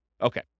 Okay